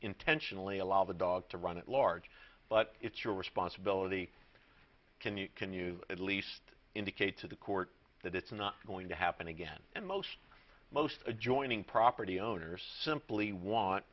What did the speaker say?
intentionally allow the dog to run at large but it's your responsibility can you can you at least indicate to the court that it's not going to happen again and most most adjoining property owners simply want